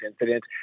incident